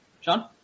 Sean